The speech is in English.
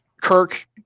Kirk